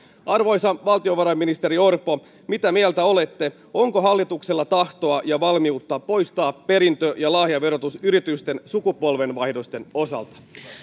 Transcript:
arvoisa valtiovarainministeri orpo mitä mieltä olette onko hallituksella tahtoa ja valmiutta poistaa perintö ja lahjaverotus yritysten sukupolvenvaihdosten osalta